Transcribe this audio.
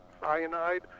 cyanide